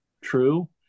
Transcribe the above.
true